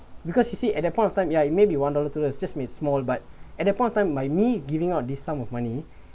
because you see at that point of time ya it maybe one dollar two dollar just may small but at that point of time might me giving out of this sum of money